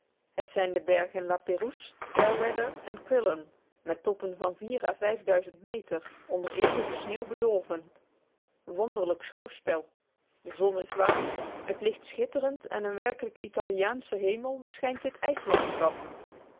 het zijn de bergen lapérouse fairweather en crillon met toppen van à meter onder eeuwige sneeuw bedolven wonderlijk schouwspel de zon is warm het licht schitterend en een werkelijk italiaansche hemel beschijnt dit